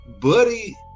buddy